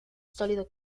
sólido